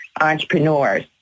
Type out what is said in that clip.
entrepreneurs